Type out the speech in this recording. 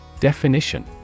Definition